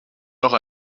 noch